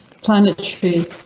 planetary